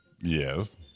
Yes